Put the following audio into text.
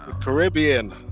Caribbean